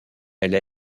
elle